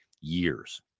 years